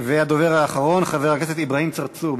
הדובר האחרון, חבר הכנסת אברהים צרצור.